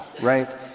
right